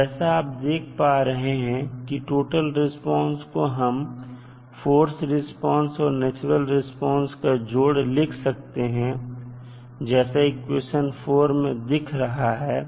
अब जैसा आप देख पा रहे हैं कि टोटल रिस्पांस को हम फोर्स रिस्पांस और नेचुरल रिस्पांस का जोड़ लिख सकते हैं जैसा इक्वेशन 4 में दिख रहा है